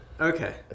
Okay